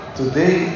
today